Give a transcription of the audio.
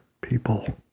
people